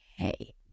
okay